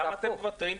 למה אתם מוותרים?